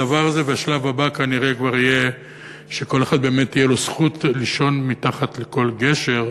השלב הבא בדבר הזה יהיה שלכל אחד תהיה זכות לישון מתחת לכל גשר,